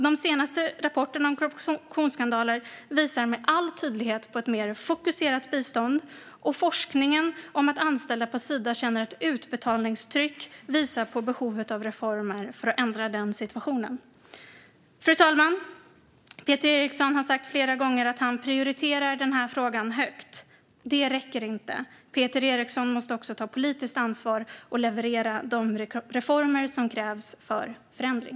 De senaste rapporterna om korruptionsskandaler visar med all tydlighet på behovet av ett mer fokuserat bistånd. Forskningen om att anställda på Sida känner ett utbetalningstryck visar på behovet av reformer för att ändra den situationen. Fru talman! Peter Eriksson har flera gånger sagt att han prioriterar den här frågan högt. Det räcker inte. Peter Eriksson måste också ta politiskt ansvar och leverera de reformer som krävs för förändring.